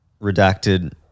redacted